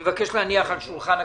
אני מבקש להניח על שולחן הכנסת: